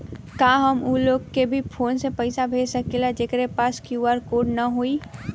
का हम ऊ लोग के भी फोन से पैसा भेज सकीला जेकरे पास क्यू.आर कोड न होई?